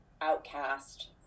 outcast